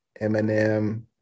Eminem